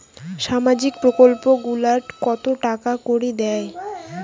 সামাজিক প্রকল্প গুলাট কত টাকা করি দেয়?